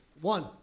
One